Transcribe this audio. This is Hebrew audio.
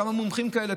כמה מומחים כאלה,